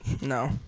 No